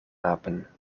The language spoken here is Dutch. apen